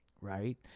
Right